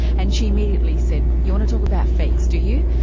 and she immediately said, you want to talk about fakes, do you?